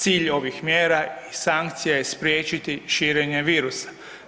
Cilj ovih mjera i sankcija je spriječiti širenje virusa.